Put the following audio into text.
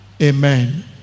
Amen